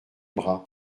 bras